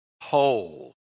whole